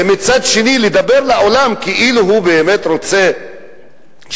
ומצד שני, לדבר לעולם כאילו הוא באמת רוצה שלום.